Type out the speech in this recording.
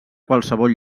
qualsevol